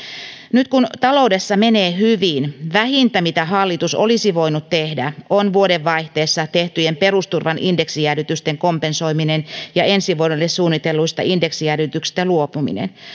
nyt kun taloudessa menee hyvin vähintä mitä hallitus olisi voinut tehdä on vuodenvaihteessa tehtyjen perusturvan indeksijäädytysten kompensoiminen ja ensi vuodelle suunnitelluista indeksijäädytyksistä luopuminen